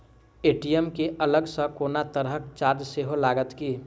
ATM केँ अलग सँ कोनो तरहक चार्ज सेहो लागत की?